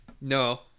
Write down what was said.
No